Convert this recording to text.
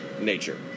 nature